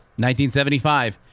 1975